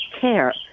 care